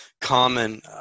common